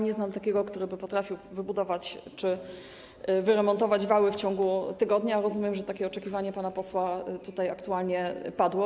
Nie znam takiego, który by potrafił wybudować czy wyremontować wały w ciągu tygodnia, a rozumiem, że takie oczekiwanie pana posła tutaj aktualnie padło.